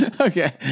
Okay